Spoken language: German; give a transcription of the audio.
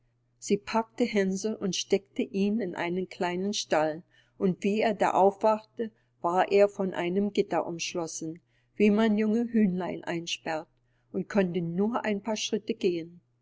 sie packte hänsel und steckte ihn in einen kleinen stall und wie er da aufwachte war er von einem gitter umschlossen wie man junge hühnlein einsperrt und konnte nur ein paar schritte gehen